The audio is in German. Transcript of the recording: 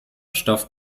stoff